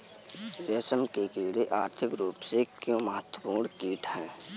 रेशम के कीड़े आर्थिक रूप से क्यों महत्वपूर्ण कीट हैं?